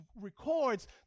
records